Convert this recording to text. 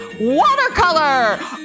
watercolor